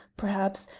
perhaps,